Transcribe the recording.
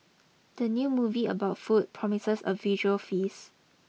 the new movie about food promises a visual feast